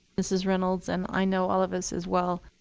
mrs. reynolds, and i know all of us as well.